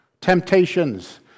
Temptations